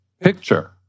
picture